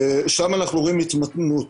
שם אנחנו רואים התמתנות.